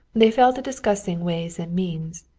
they fell to discussing ways and means.